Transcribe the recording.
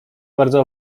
bardzo